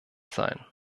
sein